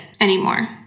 anymore